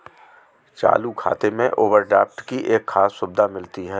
चालू खाता में ओवरड्राफ्ट की एक खास सुविधा मिलती है